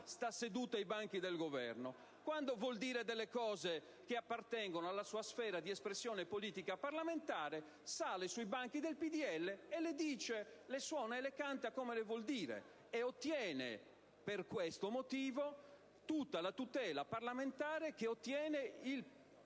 siede tra i banchi del Governo, e quando vuol dire qualcosa che appartiene alla sua sfera d'espressione politica parlamentare sale sui banchi del PdL e le suona e le canta come le vuol dire e ottiene, per questo motivo, tutta la tutela parlamentare che ottiene il